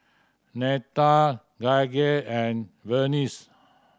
Netta Gaige and Vernice